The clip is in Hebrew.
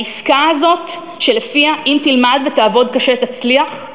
העסקה הזאת, שלפיה אם תלמד ותעבוד קשה, תצליח,